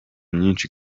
myinshi